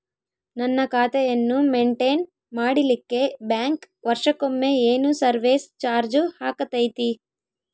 ನನ್ನ ಖಾತೆಯನ್ನು ಮೆಂಟೇನ್ ಮಾಡಿಲಿಕ್ಕೆ ಬ್ಯಾಂಕ್ ವರ್ಷಕೊಮ್ಮೆ ಏನು ಸರ್ವೇಸ್ ಚಾರ್ಜು ಹಾಕತೈತಿ?